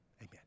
Amen